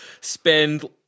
spend